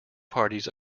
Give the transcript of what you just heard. parties